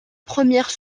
première